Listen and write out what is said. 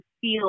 feel